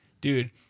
dude